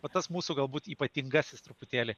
va tas mūsų galbūt ypatingasis truputėlį